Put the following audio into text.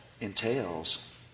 entails